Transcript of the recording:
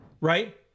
right